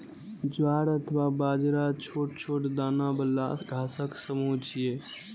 ज्वार अथवा बाजरा छोट छोट दाना बला घासक समूह छियै